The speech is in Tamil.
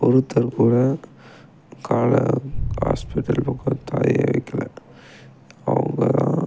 ஒருத்தர் கூட காலை ஹாஸ்பிட்டல் பக்கம் தலையே வைக்கல அவங்க தான்